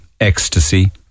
ecstasy